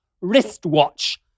wristwatch